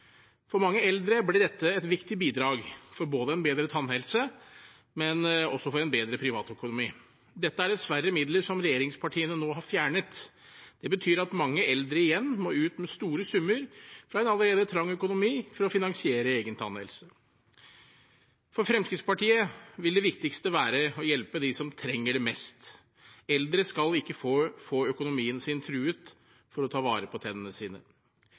For mange eldre ble dette et viktig bidrag både for en bedre tannhelse og også for en bedre privatøkonomi. Dette er dessverre midler som regjeringspartiene nå har fjernet. Det betyr at mange eldre igjen må ut med store summer, fra en allerede trang økonomi, for å finansiere egen tannhelse. For Fremskrittspartiet vil det viktigste være å hjelpe dem som trenger det mest. Eldre skal ikke få økonomien sin truet av å ta vare på tennene sine.